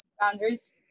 Boundaries